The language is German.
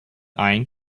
ein